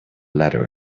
ladder